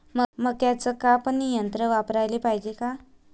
मक्क्याचं कापनी यंत्र वापराले पायजे का?